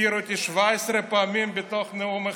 הזכיר אותי 17 פעמים בתוך נאום אחד.